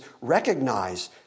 recognize